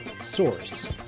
source